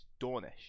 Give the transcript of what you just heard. Dornish